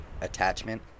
attachment